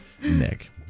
Nick